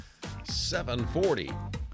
740